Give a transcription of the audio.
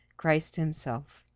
christ himself.